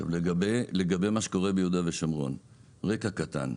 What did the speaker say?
לגבי מה שקורה ביהודה ושומרון, רקע קטן,